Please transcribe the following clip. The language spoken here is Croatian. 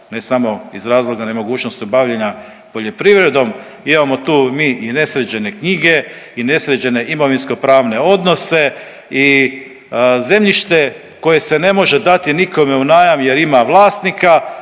ne samo iz razloga nemogućnosti bavljenja poljoprivredom, imamo tu mi i nesređene knjige i nesređene imovinskopravne odnose i zemljište koje se ne može dati nikome u najam jer ima vlasnika,